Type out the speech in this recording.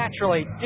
naturally